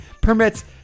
permits